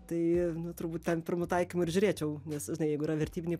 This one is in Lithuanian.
tai turbūt ten pirmu taikymu ir žiūrėčiau nes žinai jeigu yra vertybiniai